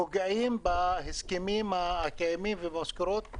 פוגעים בהסכמים הקיימים ובמשכורות.